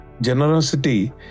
generosity